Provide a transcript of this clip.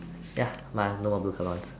ya but